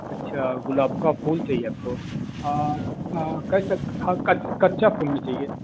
अच्छा गुलाब का फूल चाहिए आपको कल तक हाँ कच्चा फूल में चाहिए